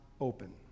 open